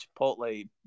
Chipotle